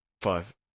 Five